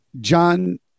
John